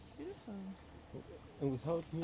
Beautiful